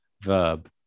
verb